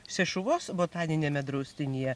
šešuvos botaniniame draustinyje